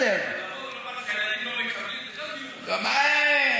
לבוא ולומר שהילדים לא מקבלים זה גם דיון אחר.